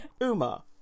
Uma